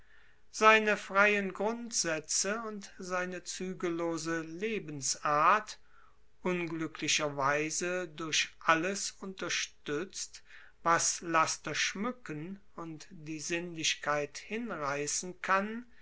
seine freien grundsätze und seine zügellose lebensart unglücklicherweise durch alles unterstützt was laster schmücken und die sinnlichkeit hinreißen kann